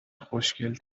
خوشگل